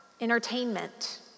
entertainment